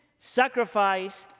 sacrifice